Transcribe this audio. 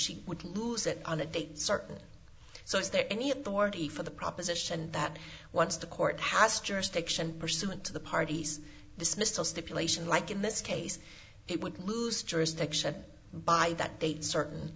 she would lose it on a date certain so is there any authority for the proposition that once the court has jurisdiction pursuant to the parties dismissed or stipulation like in this case it would lose jurisdiction by that date certain